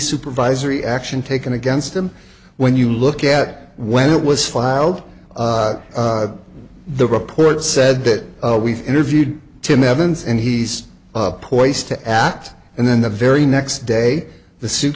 supervisory action taken against him when you look at when it was filed the report said that we interviewed tim evans and he's poised to act and then the very next day the suit